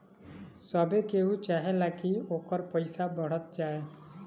सभे केहू चाहेला की ओकर पईसा बढ़त जाए